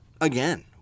again